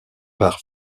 par